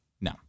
No